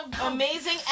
amazing